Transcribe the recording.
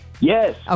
Yes